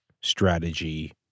strategy